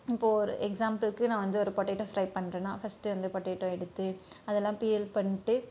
இப்போது ஒரு எக்ஸாம்பில்க்கு நான் வந்து ஒரு பொட்டேட்டோ ஃபிரை பண்ணுறேன்னா ஃபர்ஸ்டு வந்து பொட்டேட்டோ எடுத்து அதெல்லாம் பீல் பண்ணிவிட்டு